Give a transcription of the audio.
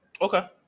Okay